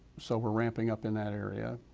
so we're ramping up in that area.